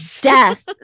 death